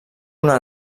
una